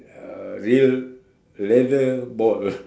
a real leather ball